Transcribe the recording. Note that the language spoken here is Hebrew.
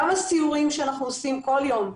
גם הסיורים שאנחנו עושים כל יום,